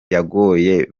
yagoye